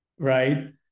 right